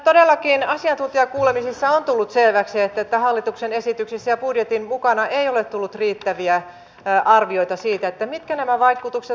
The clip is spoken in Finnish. todellakin asiantuntijakuulemisissa on tullut selväksi että hallituksen esityksissä ja budjetin mukana ei ole tullut riittäviä arvioita siitä mitkä nämä vaikutukset ovat yksilötasolla